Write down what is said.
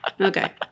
okay